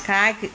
కాకి